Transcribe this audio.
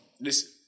Listen